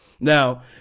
Now